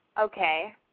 Okay